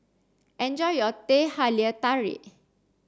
enjoy your Teh Halia Tarik